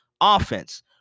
offense